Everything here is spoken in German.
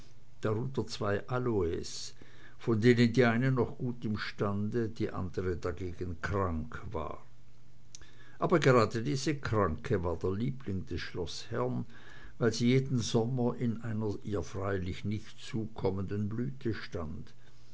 darunter zwei aloes von denen die eine noch gut im stande die andre dagegen krank war aber gerade diese kranke war der liebling des schloßherrn weil sie jeden sommer in einer ihr freilich nicht zukommenden blüte stand